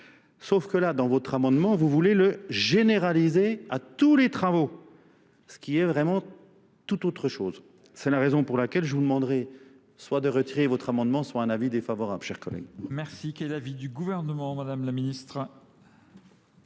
Sauf que là, dans votre amendement, vous voulez le généraliser à tous les travaux. Ce qui est vraiment tout autre chose. C'est la raison pour laquelle je vous demanderai soit de retirer votre amendement, soit un avis défavorable, chers collègues. Merci. Quel est l'avis du gouvernement, du gouvernement,